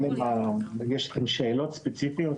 יש לכם שאלות ספציפיות?